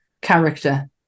character